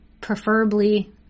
preferably